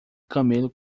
camelo